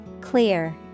Clear